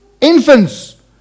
Infants